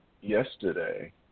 yesterday